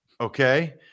okay